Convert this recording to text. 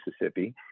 Mississippi